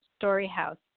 Storyhouse